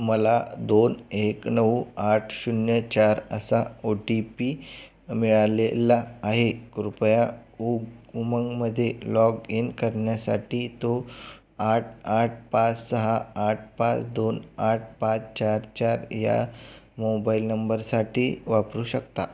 मला दोन एक नऊ आठ शून्य चार असा ओ टी पी मिळालेला आहे कृपया उ उमंगमध्ये लॉग इन करण्यासाठी तो आठ आठ पाच सहा आठ पाच दोन आठ पाच चार चार या मोबाइल नंबरसाठी वापरू शकता